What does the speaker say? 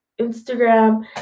Instagram